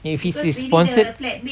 if he is sponsored